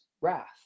wrath